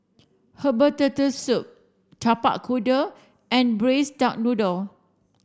herbal turtle soup Tapak Kuda and braised duck noodle